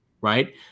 right